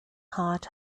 heart